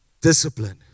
discipline